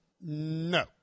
No